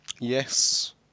Yes